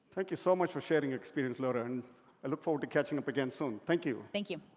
thank you so much for sharing your experience, laura, and i look forward to catching up again soon. thank you! thank you.